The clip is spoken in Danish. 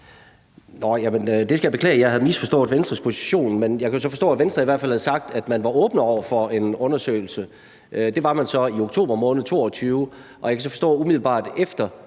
det skal jeg beklage. Jeg havde misforstået Venstres position, men jeg kan så forstå, at Venstre i hvert fald havde sagt, at man var åben over for en undersøgelse. Det var man så i oktober måned 2022. Og jeg kan så forstå, at umiddelbart efter